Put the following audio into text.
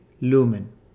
lumen